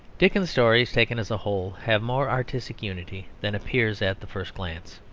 dickens's stories taken as a whole have more artistic unity than appears at the first glance.